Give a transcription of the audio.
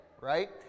right